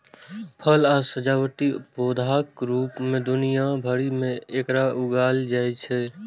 फल आ सजावटी पौधाक रूप मे दुनिया भरि मे एकरा उगायल जाइ छै